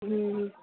ହୁଁ ହୁଁ